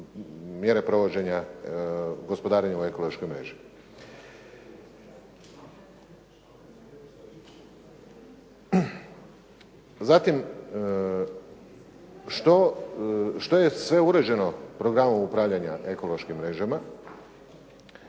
mjere provođenja gospodarenja u ekološkoj mreži. Zatim, što je sve uređeno programom upravljanje ekološkim mrežama?